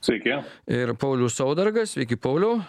sveiki ir paulius saudargas iki polio